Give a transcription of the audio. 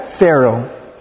Pharaoh